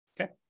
Okay